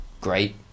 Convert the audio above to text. great